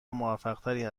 موفقتر